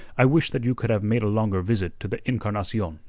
i wish that you could have made a longer visit to the encarnacion.